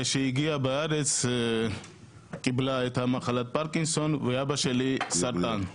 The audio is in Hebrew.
וכשהגיע לארץ קיבלה את מחלת הפרקינסון ואבא שלי סרטן.